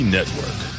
Network